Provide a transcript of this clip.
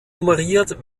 nummeriert